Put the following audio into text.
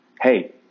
hey